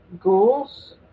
ghouls